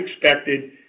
expected